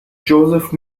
joseph